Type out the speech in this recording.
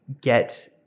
get